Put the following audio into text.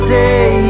day